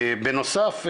בנוסף,